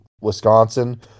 Wisconsin